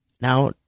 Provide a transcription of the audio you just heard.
Now